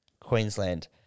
Queensland